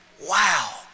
wow